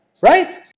right